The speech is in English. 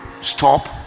Stop